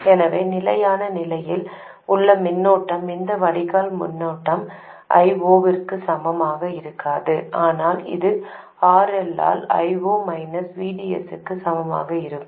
எனவே நிலையான நிலையில் உள்ள மின்னோட்டம் இந்த வடிகால் மின்னோட்டம் I0 க்கு சமமாக இருக்காது ஆனால் இது RL I0 மைனஸ் VDS க்கு சமமாக இருக்கும்